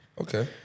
Okay